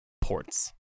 ports